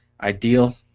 ideal